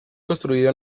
construido